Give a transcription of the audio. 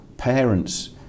Parents